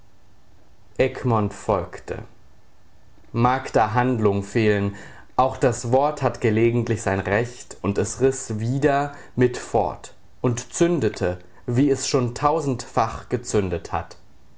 egmont folgte mag da handlung fehlen auch das wort hat gelegentlich sein recht und es riß wieder mit fort und zündete wie es schon tausendfach gezündet hat